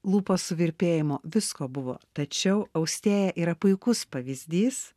lūpos suvirpėjimo visko buvo tačiau austėja yra puikus pavyzdys